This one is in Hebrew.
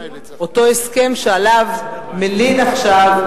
אותו הסכם שעליו מלין עכשיו,